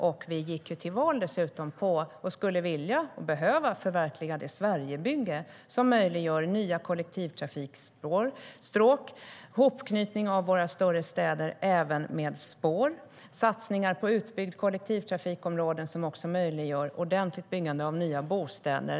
Vi gick dessutom till val på att vi skulle vilja, och behöva, förverkliga det Sverigebygge som möjliggör nya kollektivtrafikstråk, hopknytning av våra större städer även med spår och satsningar på utbyggda kollektivtrafikområden som också möjliggör ordentligt byggande av nya bostäder.